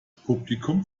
publikum